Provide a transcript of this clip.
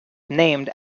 named